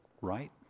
right